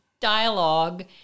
dialogue